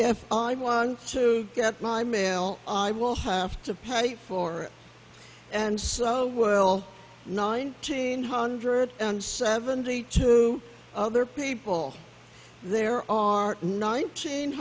if i want to get my mail i will have to pay for it and so will nine hundred seventy two other people there are nineteen